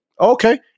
okay